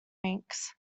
links